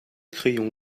crayons